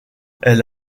elle